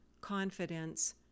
confidence